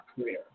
career